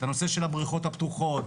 הנושא של הבריכות הפתוחות,